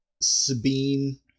Sabine